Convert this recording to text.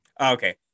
Okay